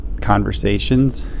conversations